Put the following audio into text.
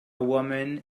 woman